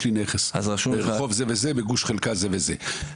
יש לי כנס ברחוב זה וזה בגוש חלקה זה וזה.